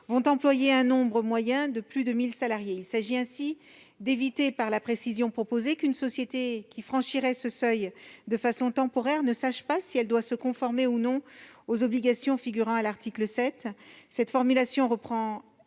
ont employé un nombre moyen de plus de 1 000 salariés. En apportant cette précision, il s'agit d'éviter qu'une société qui franchirait ce seuil de façon temporaire ne sache pas si elle doit se conformer ou non aux obligations figurant à l'article 7. Cette formulation reprend